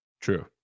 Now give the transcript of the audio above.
True